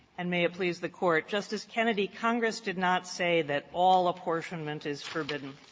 and may it please the court justice kennedy, congress did not say that all apportionment is forbidden.